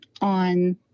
on